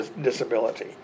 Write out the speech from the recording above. disability